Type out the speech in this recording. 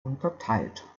unterteilt